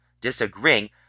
disagreeing